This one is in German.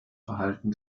verhalten